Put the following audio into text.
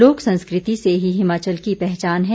लोक संस्कृति से ही हिमाचल की पहचान है